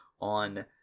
on